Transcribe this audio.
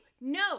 No